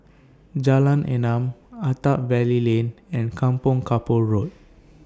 Jalan Enam Attap Valley Lane and Kampong Kapor Road